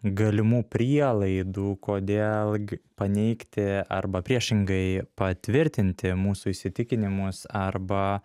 galimų prielaidų kodėl g paneigti arba priešingai patvirtinti mūsų įsitikinimus arba